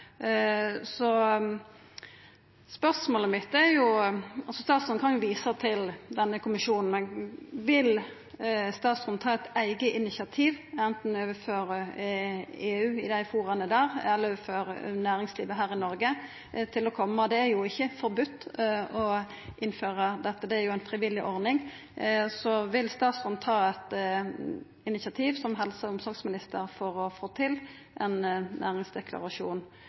Statsråden kan jo visa til EU-kommisjonen, men spørsmålet mitt er: Vil statsråden ta eit eige initiativ, enten overfor EU, i foruma der, eller overfor næringslivet her i Noreg, til å koma på banen? Det er jo ikkje forbode å innføra dette, det er ei frivillig ordning. Vil statsråden ta eit initiativ som helse- og omsorgsminister for å få til ein næringsdeklarasjon